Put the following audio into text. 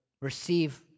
receive